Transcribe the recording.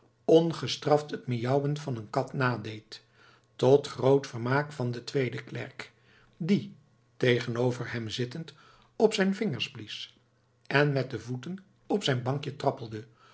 ongestraft het miauwen van een kat nadeed tot groot vermaak van den tweeden klerk die tegenover hem zittend op zijn vingers blies en met de voeten op zijn bankje trappelde